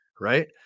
Right